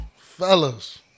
fellas